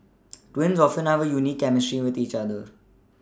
twins often have a unique chemistry with the each other